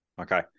Okay